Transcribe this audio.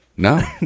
No